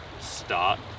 start